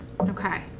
Okay